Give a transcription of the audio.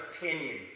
opinion